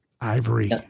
ivory